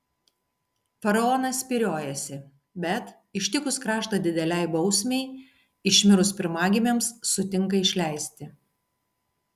faraonas spyriojasi bet ištikus kraštą didelei bausmei išmirus pirmagimiams sutinka išleisti